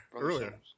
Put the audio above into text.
earlier